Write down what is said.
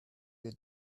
you